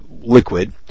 liquid